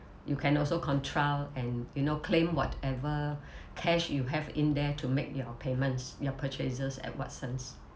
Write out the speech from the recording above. you can also control and you know claim whatever cash you have in there to make your payments your purchases at watsons